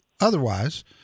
otherwise